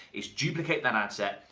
is duplicate that ad set,